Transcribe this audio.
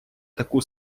таку